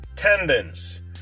tendons